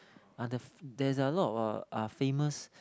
uh the there's a lot of uh famous